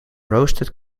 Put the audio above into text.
roasted